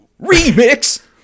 remix